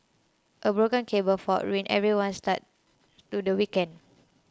a broken cable fault ruined everyone's start to the weekend